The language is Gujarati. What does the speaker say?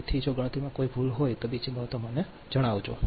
તેથી જો ગણતરીમાં કોઈ ભૂલ હોય તો બીજી બાબતો ફક્ત મને જણાવો